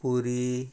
पुरी